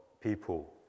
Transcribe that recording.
people